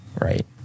right